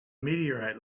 meteorite